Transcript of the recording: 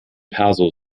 perso